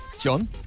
John